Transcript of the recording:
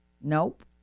Nope